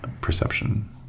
perception